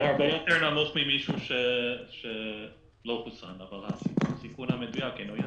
זה הרבה יותר נמוך ממישהו שלא חוסן אבל הסיכון המדויק אינו ידוע.